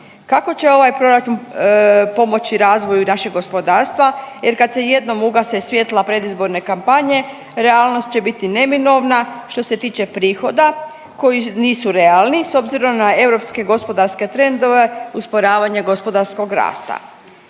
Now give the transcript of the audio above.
Kako će ovaj proračun pomoći razvoju našeg gospodarstva jer kad se jednom ugase svjetla predizborne kampanje realnost će biti neminovna što se tiče prihoda koji nisu realni s obzirom na europske gospodarske trendove, usporavanje gospodarskog rasta.